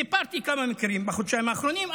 סיפרתי על כמה מקרים בחודשיים האחרונים,